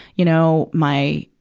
you know, my,